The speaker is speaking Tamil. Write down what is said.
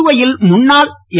புதுவையில் முன்னாள் என்